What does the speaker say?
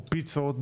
או פיצות,